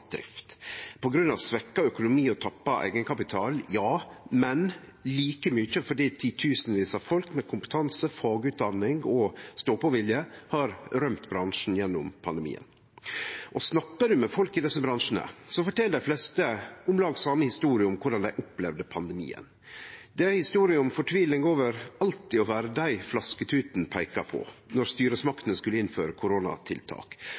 drift – på grunn av svekt økonomi og tappa eigenkapital, ja, men like mykje fordi titusenvis av folk med kompetanse, fagutdanning og stå-på-vilje har rømt bransjen gjennom pandemien. Snakkar ein med folk i desse bransjane, fortel dei fleste om lag den same historia om korleis dei opplevde pandemien. Det er ei historie om fortviling over alltid å vere dei flasketuten peika på då styresmaktene skulle innføre koronatiltak,